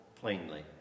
plainly